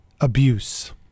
abuse